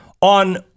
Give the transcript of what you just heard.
on